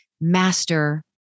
master